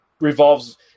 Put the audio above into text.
revolves